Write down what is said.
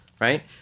right